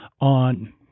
on